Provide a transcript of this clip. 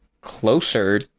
closer